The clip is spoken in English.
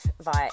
via